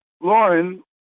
Lauren